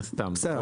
בסדר,